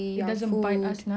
so I think